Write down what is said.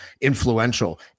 influential